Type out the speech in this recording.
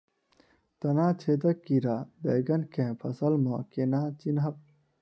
तना छेदक कीड़ा बैंगन केँ फसल म केना चिनहब?